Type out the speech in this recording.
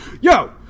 yo